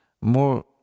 More